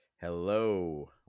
Hello